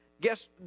guess